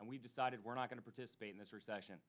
and we decided we're not going to participate in this recession